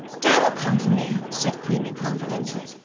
dad'll come for me, said queenie confidently,